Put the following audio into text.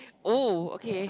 oh okay